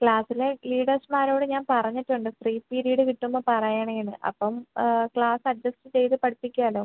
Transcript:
ക്ലാസിലെ ലീഡേഴ്സ്മാരോട് ഞാൻ പറഞ്ഞിട്ടുണ്ട് ഫ്രീ പിരീഡ് കിട്ടുമ്പോൾ പറയണമെന്ന് അപ്പം ക്ലാസ് അഡ്ജസ്റ്റ് ചെയ്തു പഠിപ്പിക്കാലോ